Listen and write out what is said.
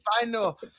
final